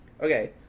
Okay